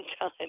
time